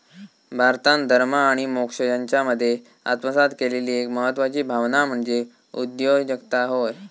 भारतान धर्म आणि मोक्ष यांच्यामध्ये आत्मसात केलेली एक महत्वाची भावना म्हणजे उगयोजकता होय